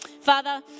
Father